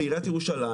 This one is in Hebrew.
בעיריית ירושלים